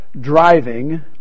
driving